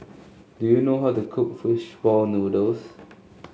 do you know how to cook fish ball noodles